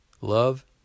Love